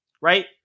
Right